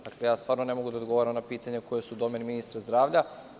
Dakle, ja stvarno ne mogu da odgovaram na pitanja koja su u domenu ministra zdravlja.